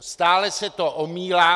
Stále se to omílá.